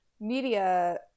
media